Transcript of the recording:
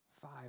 five